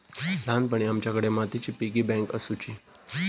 ल्हानपणी आमच्याकडे मातीची पिगी बँक आसुची